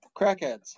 Crackheads